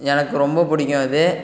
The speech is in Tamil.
எனக்கு ரொம்ப பிடிக்கும் அது